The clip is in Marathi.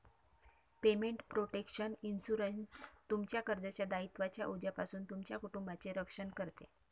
पेमेंट प्रोटेक्शन इन्शुरन्स, तुमच्या कर्जाच्या दायित्वांच्या ओझ्यापासून तुमच्या कुटुंबाचे रक्षण करते